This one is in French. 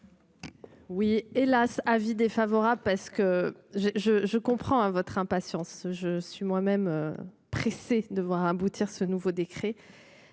Oui hélas, avis défavorable, parce que je je je comprends hein votre impatience. Je suis moi-même pressé de voir aboutir ce nouveau décret.